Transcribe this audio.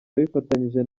yifatanyije